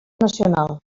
nacional